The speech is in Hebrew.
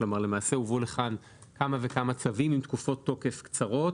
כלומר למעשה הובאו לכאן כמה וכמה צווים עם תקופות תוקף קצרות.